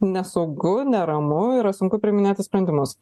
nesaugu neramu yra sunku priiminėti sprendimus